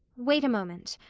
wait a moment.